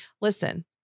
Listen